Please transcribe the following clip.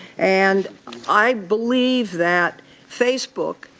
and i believe that facebook,